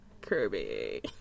Kirby